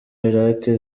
irak